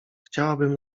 chciałabym